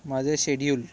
माझे शेड्युल